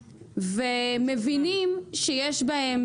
ומבינים שיש בהם